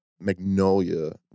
Magnolia